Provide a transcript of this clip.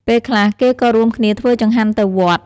ពេលខ្លះ គេក៏រួមគ្នាធ្វើចង្ហាន់ទៅវត្ត។